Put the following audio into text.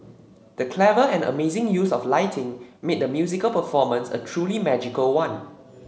the clever and amazing use of lighting made the musical performance a truly magical one